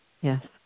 yes